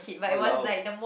!walao!